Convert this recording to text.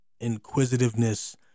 inquisitiveness